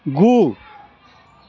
गु